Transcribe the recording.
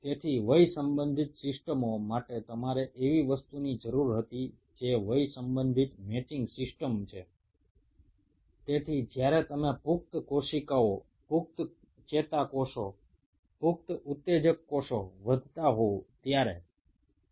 বয়স জনিত সিস্টেমগুলোর ক্ষেত্রে তোমাদের এজ রিলেটেড ম্যাচিং সিস্টেমের প্রয়োজন হবে